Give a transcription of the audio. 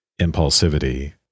impulsivity